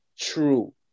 true